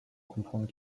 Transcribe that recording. comprendre